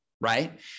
right